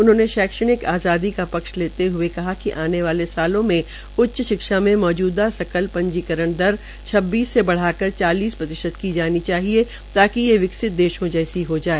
उन्होंने शैक्षणिक आज़ादी का पक्ष लेते हुए कहा कि आने वाले सालों में उच्च शिक्षा में मौजूदा सकल पंजीकरण दर छबबीस से बढ़ाकर चालीस प्रतिशत किया जाना चाहिए ताकि ये विकसित देशों जैसा हो जाय